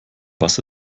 was